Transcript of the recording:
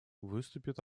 выступит